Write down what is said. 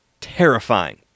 terrifying